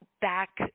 back